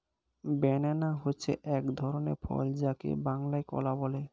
banana হচ্ছে এক ধরনের ফল যাকে বাংলায় কলা বলে